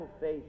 faith